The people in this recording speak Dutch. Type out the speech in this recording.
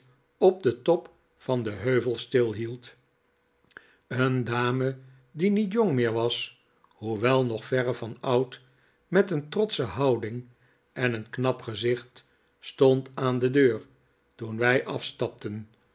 op den top van den heuvel stilhield een dame die niet jong meer was hoewel nog verre van oud met een trotsche houding en een knap gezicht stond aan de deur toen wij afstapten